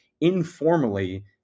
informally